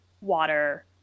water